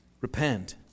repent